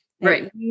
Right